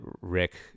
Rick